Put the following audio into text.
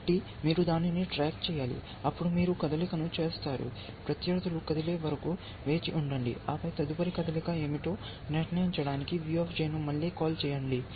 కాబట్టి మీరు దానిని ట్రాక్ చేయాలి అప్పుడు మీరు కదలికను చేస్తారు ప్రత్యర్థులు కదిలే వరకు వేచి ఉండండి ఆపై తదుపరి కదలిక ఏమిటో నిర్ణయించడానికి V కు మళ్ళీ కాల్ చేయండి